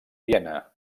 viena